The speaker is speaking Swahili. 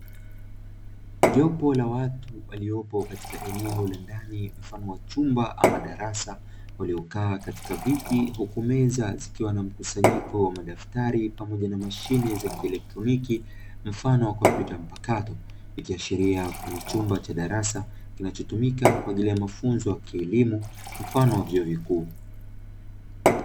Jopo la watu waliopo katika eneo la ndani mfano wa chumba ama darasa, waliokaa katika viti huku meza zikiwa na mkusanyiko wa madaftari pamoja na mashine za kielektroniki mfano wa kompyuta mpakato, ikiashiria kuwa ni chumba cha darasa, kinachotumika kwa ajili ya mafunzo ya kielimu mfano wa vyuo vikuu.